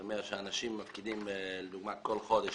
זאת אומרת שאנשים מפקידים לדוגמה כל חודש,